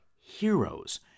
heroes